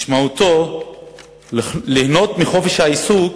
משמעותו ליהנות מחופש העיסוק